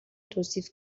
توصیف